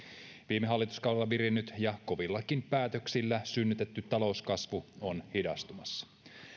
viime hallituskaudella virinnyt ja kovillakin päätöksillä synnytetty talouskasvu on hidastumassa